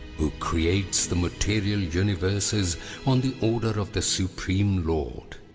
who creates the material universes on the order of the supreme lord.